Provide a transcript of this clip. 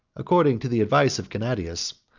according to the advice of gennadius,